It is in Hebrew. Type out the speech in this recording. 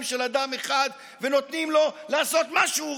של אדם אחד ונותנים לו לעשות מה שהוא רוצה.